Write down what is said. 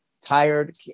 tired